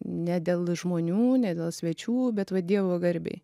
ne dėl žmonių ne dėl svečių bet vat dievo garbei